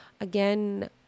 again